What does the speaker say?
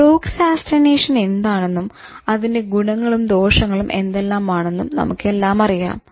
procrastination എന്താണെന്നും അതിന്റെ ഗുണങ്ങളും ദോഷങ്ങളും എന്തെല്ലാമാണെന്നും നമുക്കെല്ലാം അറിയാം